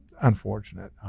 unfortunate